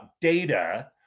data